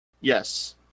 Yes